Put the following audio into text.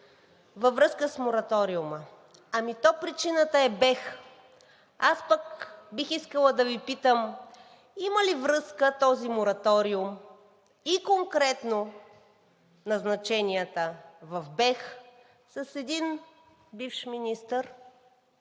Във връзка с мораториума. Ами то причината е БЕХ! Аз пък бих искала да Ви питам: има ли връзка този мораториум и конкретно назначенията в БЕХ с един бивш министър,